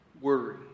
worry